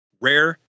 rare